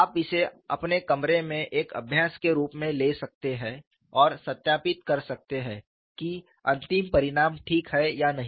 आप इसे अपने कमरों में एक अभ्यास के रूप में ले सकते हैं और सत्यापित कर सकते हैं कि अंतिम परिणाम ठीक हैं या नहीं